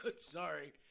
Sorry